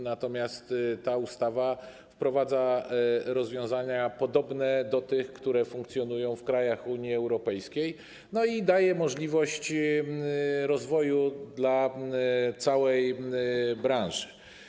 Natomiast ta ustawa wprowadza rozwiązania podobne do tych, które funkcjonują w krajach Unii Europejskiej, i daje możliwość rozwoju całej branży.